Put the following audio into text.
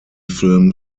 film